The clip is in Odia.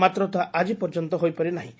ମାତ୍ର ତାହା ଆଜି ପର୍ଯ୍ୟନ୍ତ ହୋଇପାରିନାହିଁ